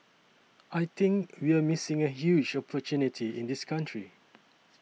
I think we're missing a huge opportunity in this country